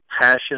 passion